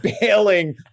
bailing